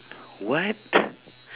what